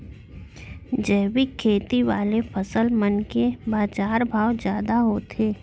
जैविक खेती वाले फसल मन के बाजार भाव जादा होथे